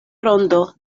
rondo